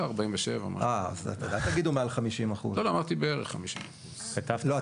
47. אל תגידו מעל 50%. אמרתי בערך 50%. לא,